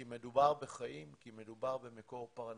כי מדובר בחיים, כי מדובר במקור פרנסה.